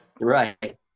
Right